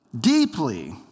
deeply